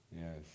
Yes